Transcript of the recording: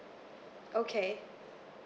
okay